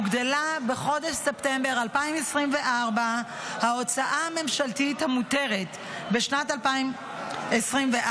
הוגדלה בחודש ספטמבר 2024 ההוצאה הממשלתית המותרת בשנת 2024,